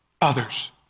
others